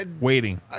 Waiting